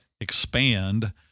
expand